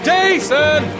Jason